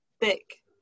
thick